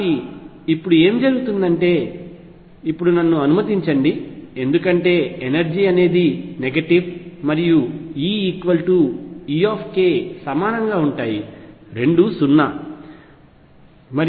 కాబట్టి ఇప్పుడు ఏమి జరుగుతుందంటే ఇప్పుడు నన్ను అనుమతించండి ఎందుకంటే ఎనర్జీ అనేది నెగటివ్ మరియు E E సమానంగా ఉంటాయి రెండూ 0